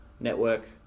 network